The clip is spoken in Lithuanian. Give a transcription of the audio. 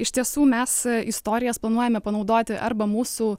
iš tiesų mes istorijas planuojame panaudoti arba mūsų